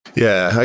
yeah.